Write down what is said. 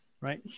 Right